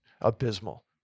abysmal